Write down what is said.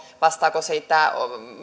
vastaako siitä